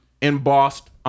embossed